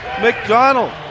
McDonald